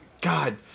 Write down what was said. God